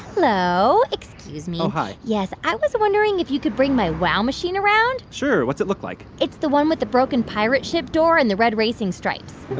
hello. excuse me oh, hi yes. i was wondering if you could bring my wow machine around sure. what's it look like? it's the one with the broken pirate ship door and the red racing stripes oh,